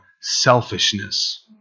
selfishness